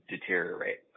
deteriorate